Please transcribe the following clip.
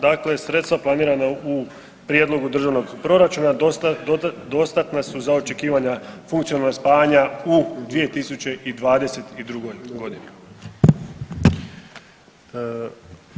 Dakle sredstva planirana u Prijedlogu Državnog proračuna dostatna su za očekivanja funkcije spajanja u 2022. g.